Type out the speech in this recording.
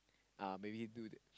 uh maybe do the